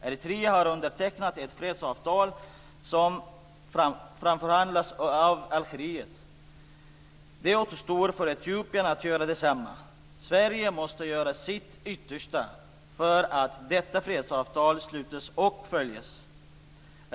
Eritrea har undertecknat ett fredsavtal som framförhandlats av Algeriet. Det återstår för Etiopien att göra detsamma. Sverige måste göra sitt yttersta för att detta fredsavtal sluts och följs.